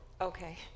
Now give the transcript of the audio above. Okay